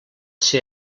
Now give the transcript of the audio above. ser